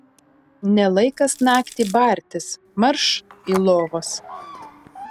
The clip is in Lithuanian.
ne laikas naktį bartis marš į lovas